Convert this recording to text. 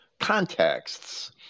contexts